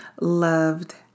loved